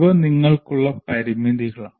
ഇവ നിങ്ങൾക്കുള്ള പരിമിതികളാണ്